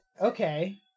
Okay